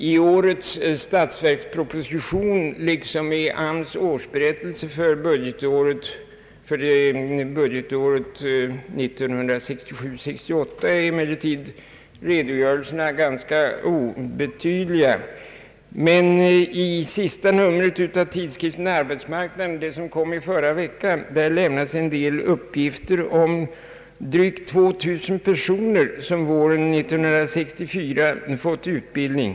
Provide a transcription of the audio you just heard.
I årets statsverksproposition liksom i AMS” årsberättelse för budgetåret 1967/68 är emellertid redogörelserna ganska obetydliga. Men i sista numret av tidskriften Arbetsmarknaden — det som kom i förra veckan — lämnas. en del uppgifter om drygt 2000 personer som våren 1964 fått utbildning.